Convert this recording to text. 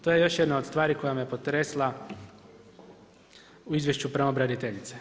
To je još jedna od stvari koja me potresla u izvješću pravobraniteljice.